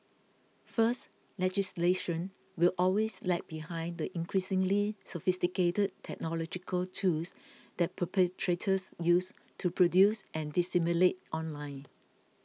first legislation will always lag behind the increasingly sophisticated technological tools that perpetrators use to produce and disseminate online